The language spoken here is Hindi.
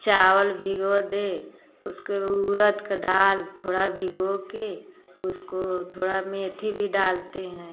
चावल भिगो दे उसके उरद का दाल थोड़ा भिगो के उसको थोड़ा मेथी भी डालते हैं